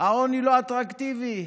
העוני לא אטרקטיבי,